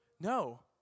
No